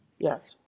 Yes